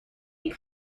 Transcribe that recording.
این